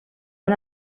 una